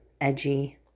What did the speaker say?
edgy